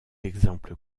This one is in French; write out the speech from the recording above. exemples